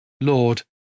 Lord